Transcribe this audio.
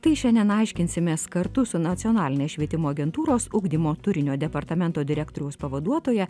tai šiandien aiškinsimės kartu su nacionalinės švietimo agentūros ugdymo turinio departamento direktoriaus pavaduotoja